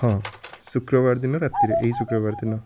ହଁ ଶୁକ୍ରବାର ଦିନ ରାତିରେ ଏଇ ଶୁକ୍ରବାର ଦିନ